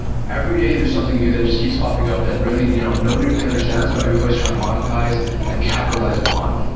every day there's something new that just keeps popping up that really you know nobody really understands, but everybody is trying to monetize and capitalize upon.